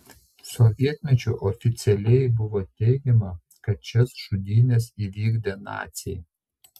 sovietmečiu oficialiai buvo teigiama kad šias žudynes įvykdė naciai